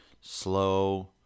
slow